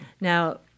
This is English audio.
now